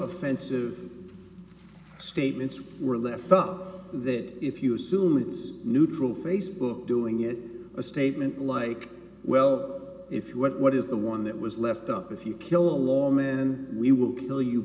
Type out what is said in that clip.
offensive statements were left up to that if you assume it's neutral facebook doing it a statement like well if you what is the one that was left up if you kill lawmen we will kill you